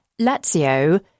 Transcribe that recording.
Lazio